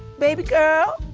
baby girl,